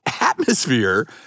atmosphere